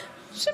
תקשיב,